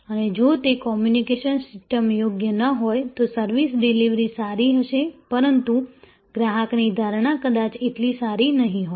અને જો તે કોમ્યુનિકેશન સિસ્ટમ યોગ્ય ન હોય તો સર્વિસ ડિલિવરી સારી હશે પરંતુ ગ્રાહકની ધારણા કદાચ એટલી સારી નહીં હોય